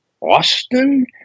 Austin